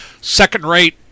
second-rate